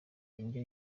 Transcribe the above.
indyo